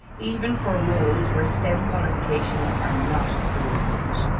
even for roles where stem qualifications are not a prerequisite.